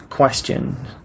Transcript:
question